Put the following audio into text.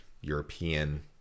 European